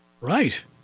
Right